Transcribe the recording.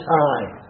time